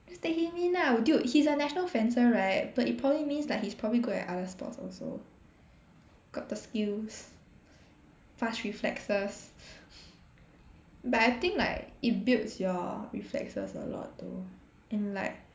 just take him in ah dude he's a national fencer right but it probably means like he's probably good at other sports also got the skills fast reflexes but I think like it builds your reflexes a lot though in like